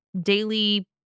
daily